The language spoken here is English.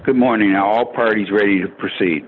good morning all parties ready to proceed